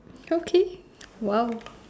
okay !wow!